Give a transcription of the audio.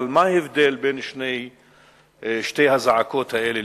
אבל מה ההבדל בין שתי הזעקות האלה?